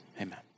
Amen